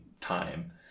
time